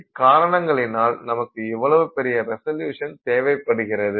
இக்காரணங்களினால் நமக்கு இவ்வளவு சிறிய ரிசல்யுசன் தேவைப்படுகிறது